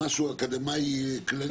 למשהו אקדמאי כללי וזה.